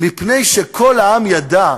מפני שכל העם ידע,